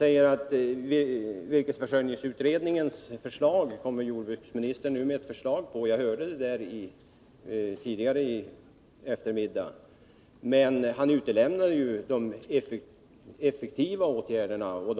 Johan Olsson sade att jordbruksministern nu kommer med ett förslag grundat på virkesförsörjningsutredningens förslag — jag hörde också det tidigare i dag.